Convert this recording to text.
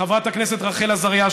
חברת הכנסת רחל עזריה,